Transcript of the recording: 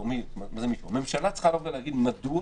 ממשלה צריכה לומר מדוע